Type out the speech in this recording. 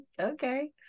okay